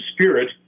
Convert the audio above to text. spirit